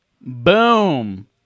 Boom